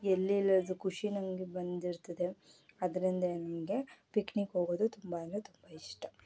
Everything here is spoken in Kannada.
ಎಲ್ಲಿಲ್ಲದ ಖುಷಿ ನಮ್ಗೆ ಬಂದಿರ್ತದೆ ಅದರಿಂದ ನನಗೆ ಪಿಕ್ನಿಕ್ ಹೋಗೋದು ತುಂಬ ಅಂದರೆ ತುಂಬ ಇಷ್ಟ